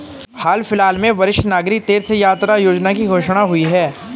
हाल फिलहाल में वरिष्ठ नागरिक तीर्थ यात्रा योजना की घोषणा हुई है